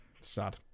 Sad